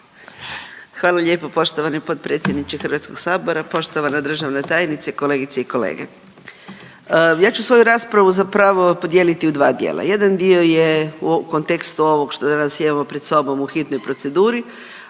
Hvala lijepo poštovani potpredsjedniče HS. Poštovana državna tajnice, kolegice i kolege. Ja ću svoju raspravu zapravo podijeliti u dva dijela, jedan dio je u kontekstu ovog što danas imamo pred sobom u hitnoj proceduri,